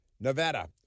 Nevada